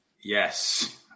Yes